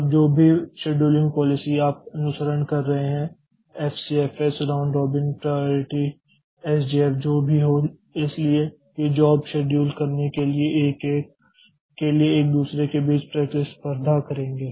अब जो भी शेड्यूलिंग पॉलिसी आप अनुसरण कर रहे हैं FCFS round robin priority SJF जो भी हो इसलिए ये जॉब शेड्यूल करने के लिए एक दूसरे के बीच प्रतिस्पर्धा करेंगे